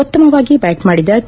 ಉತ್ತಮವಾಗಿ ಬ್ಯಾಟ್ ಮಾಡಿದ ಕೆ